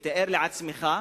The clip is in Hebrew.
תתאר לעצמך,